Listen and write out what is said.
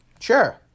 sure